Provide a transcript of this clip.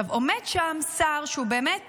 עכשיו, עומד שם שר שהוא באמת